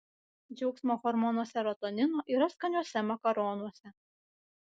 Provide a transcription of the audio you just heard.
džiaugsmo hormono serotonino yra skaniuose makaronuose